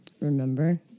remember